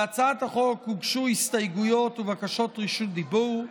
להצעת החוק הוגשו הסתייגויות ובקשות רשות דיבור.